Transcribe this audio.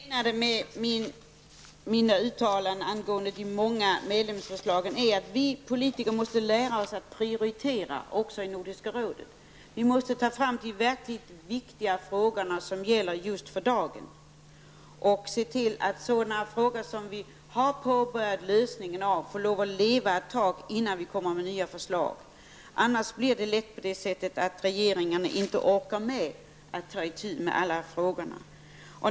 Herr talman! Det jag menade med mitt uttalande angående de många medlemsförslagen var att vi politiker måste lära oss att prioritera också i Nordiska rådet. Vi måste ta fram de just för dagen verkligt viktiga frågorna och se till att sådana frågor som vi påbörjat lösningen av får lov att leva ett tag innan vi kommer med nya förslag. Annars blir det lätt på det sättet att regeringen inte orkar med att ta itu med alla frågorna.